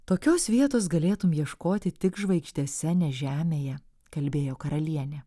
tokios vietos galėtum ieškoti tik žvaigždėse ne žemėje kalbėjo karalienė